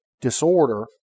disorder